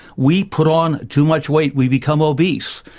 we put on too much weight, we become obese,